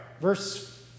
verse